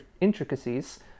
intricacies